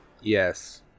Yes